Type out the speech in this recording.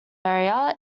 area